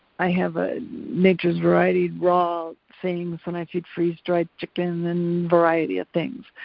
i have a nature's variety raw things when i feed freeze-dried chicken and variety of things,